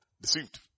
deceived